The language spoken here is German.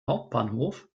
hauptbahnhof